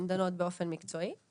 הן דנות באופן מקצועי,